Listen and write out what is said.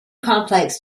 complex